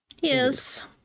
Yes